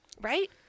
right